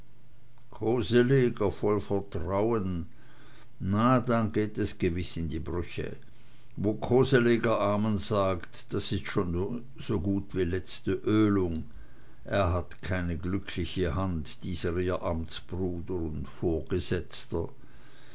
voll vertrauen na dann geht es gewiß in die brüche wo koseleger amen sagt das ist schon so gut wie letzte ölung er hat keine glückliche hand dieser ihr amtsbruder und vorgesetzter